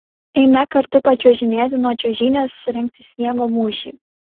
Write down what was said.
eime kartu pačiuožinėti nuo čiuožynės surengti sniego mūšį